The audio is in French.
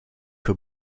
que